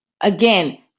Again